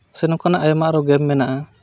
ᱥᱮ ᱱᱚᱝᱠᱟᱱᱟᱜ ᱟᱭᱢᱟ ᱟᱨᱚ ᱜᱮᱢ ᱢᱮᱱᱟᱜᱼᱟ